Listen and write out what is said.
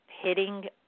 hitting